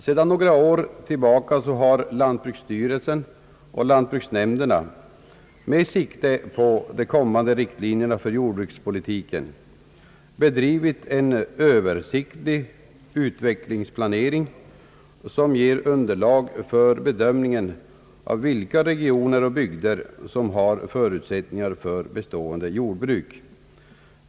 Sedan några år tillbaka är lantbruksstyrelsen och = lantbruksnämnderna, med sikte på de kommande riktlinjerna för jordbrukspolitiken, sysselsatta med en Översiktlig utvecklingsplanering, som ger underlag för bedömningen av vilka regioner och bygder som har förutsättningar för bestående jordbruk.